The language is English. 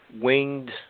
winged